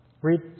Read